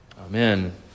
Amen